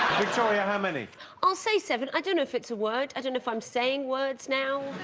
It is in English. victoria how many i'll say seven? i don't know if it's a word. i don't know if i'm saying words now